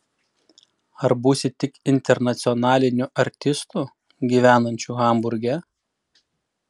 ar būsi tik internacionaliniu artistu gyvenančiu hamburge